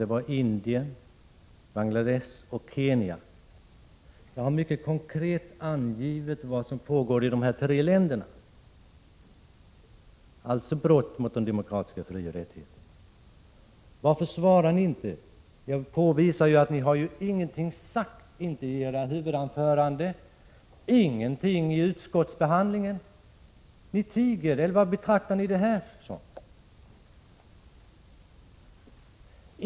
De gällde Indien, Bangladesh och Kenya, och jag har mycket konkret angivit vad som pågår i dessa tre länder och som innebär brott mot de demokratiska frioch rättigheterna. Varför svarar ni inte? Jag påvisade att ni ingenting har sagt i era huvudanföranden och ingenting vid utskottsbehandlingen.